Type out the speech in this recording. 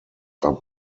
are